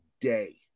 day